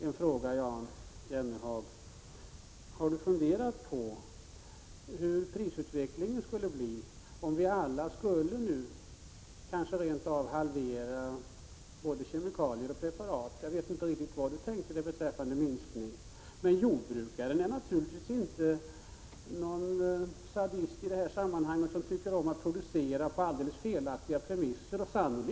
En fråga: Har Jan Jennehag funderat över hur prisutvecklingen skulle bli om vi alla nu skulle kanske rent av halvera användningen av både kemikalier och andra preparat? Jag vet inte riktigt hur stor minskning Jan Jennehag tänkte sig. Jordbrukaren är naturligtvis inte någon sadist, som tycker om att producera på alldeles felaktiga premisser, i detta sammanhang.